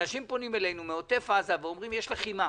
אנשים פונים אלינו מעוטף עזה ואומרים: יש לחימה,